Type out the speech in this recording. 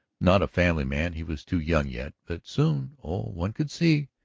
not a family man he was too young yet. but soon oh, one could see!